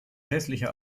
hässlicher